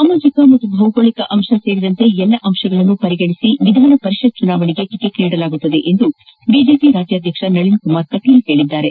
ಸಾಮಾಜಿಕ ಮತ್ತು ಬೌಗೋಳಕ ಅಂಶ ಸೇರಿದಂತೆ ಎಲ್ಲಾ ಅಂಶಗಳನ್ನು ಪರಿಗಣಿಸಿ ವಿಧಾನ ಪರಿಷತ್ ಚುನಾವಣೆಗೆ ಟಿಕೆಟ್ ನೀಡಲಾಗುವುದು ಎಂದು ಬಿಜೆಪಿ ರಾಜ್ಯಾದ್ಯಕ್ಷ ನಳಿನ್ ಕುಮಾರ ಕಟೀಲ್ ತಿಳಿಸಿದ್ದಾರೆ